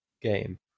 game